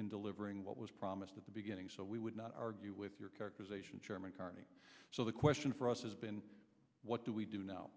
in delivering what was promised at the beginning so we would not argue with your characterization chairman carney so the question for us has been what do we do now